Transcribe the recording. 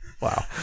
Wow